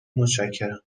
متشکرم